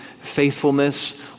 faithfulness